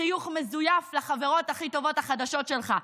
חיוך מזויף לחברות הכי טובות החדשות שלך,